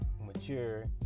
mature